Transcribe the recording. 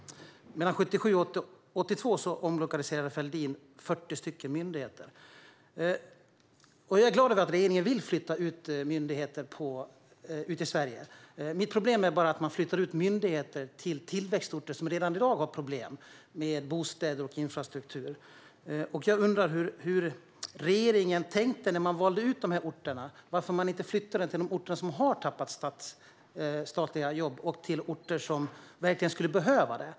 Mellan 1977 och 1982 omlokaliserade Fälldin 40 myndigheter. Jag är glad över att regeringen vill flytta ut myndigheter i Sverige. Problemet är bara att man flyttar ut myndigheter till tillväxtorter som redan i dag har problem med bostäder och infrastruktur. Jag undrar hur regeringen tänkte när man valde ut de här orterna och varför man inte flyttade myndigheterna till orter som har tappat statliga jobb och till orter som verkligen skulle behöva det.